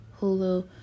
hulu